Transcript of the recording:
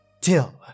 till